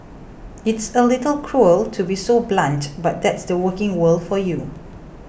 it's a little cruel to be so blunt but that's the working world for you